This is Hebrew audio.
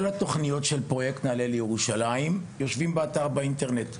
כל התוכניות של פרויקט ׳נעלה לירושלים,׳ יושבות באתר האינטרנט.